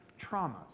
traumas